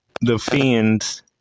defends